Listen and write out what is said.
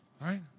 right